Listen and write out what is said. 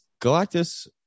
Galactus